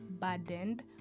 burdened